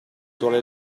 duole